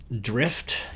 Drift